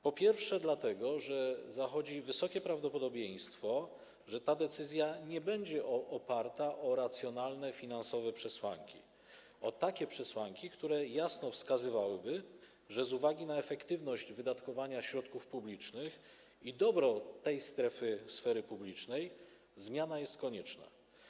Po pierwsze, dlatego że zachodzi wysokie prawdopodobieństwo, że ta decyzja nie będzie oparta na racjonalnych finansowych przesłankach, na takich przesłankach, które jasno wskazywałyby, że z uwagi na efektywność wydatkowania środków publicznych i dobro tej sfery publicznej zmiana jest konieczna.